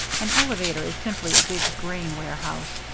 an elevator is simply a big grain warehouse,